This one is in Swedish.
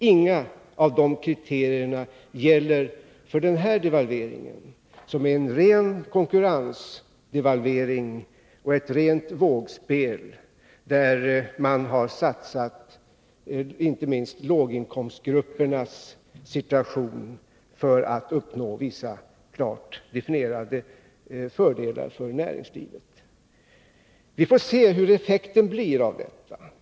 Inget av dessa kriterier gäller för den nu genomförda devalveringen, som är en ren konkurrensdevalvering och ett rent vågspel, där man har satt inte minst låginkomstgruppernas situation på spel för att uppnå vissa klart definierade fördelar för näringslivet. Vi får se hur effekten av detta blir.